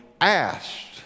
asked